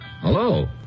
Hello